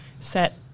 set